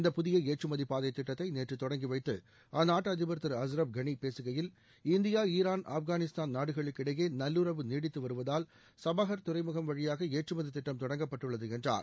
இந்த புதிய ஏற்றுமதி பாதை திட்டத்தை நேற்று தொடங்கி வைத்து அந்நாட்டு அதிபா் திரு அஸ்ரப் காளி பேசுகையில் இந்தியா ஈரான் ஆப்காளிஸ்தான் நாடுகளுக்கிடையே நல்லுறவு நீடித்துவருவதால் சபாகர் துறைமுகம் வழியாக ஏற்றுமதி திட்டம் தொடங்கப்பட்டுள்ளது என்றார்